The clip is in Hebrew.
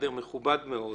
קאדר מכובד מאוד.